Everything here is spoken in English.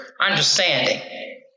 understanding